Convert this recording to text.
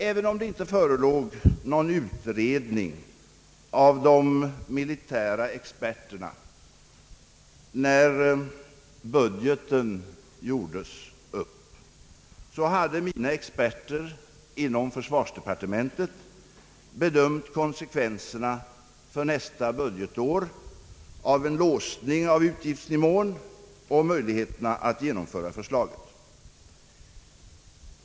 Även om det inte förelåg någon utredning från de militära experterna när budgeten gjordes upp, hade mina experter inom försvarsdepartementet bedömt konsekvenserna för nästa budgetår av en låsning av utgiftsnivån och möjligheterna att genomföra förslaget.